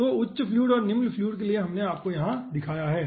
तो उच्च फ्लूइड और निम्न फ्लूइड के लिए हमने आपको यहाँ दिखाया है